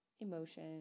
emotion